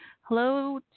Hello